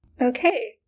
Okay